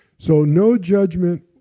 so no judgment